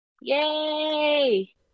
Yay